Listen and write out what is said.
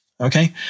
okay